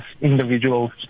individuals